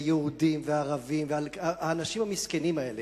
היהודים והערבים והאנשים המסכנים האלה,